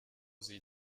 sie